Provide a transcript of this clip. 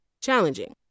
challenging